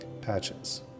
Patches